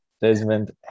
Desmond